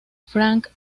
frank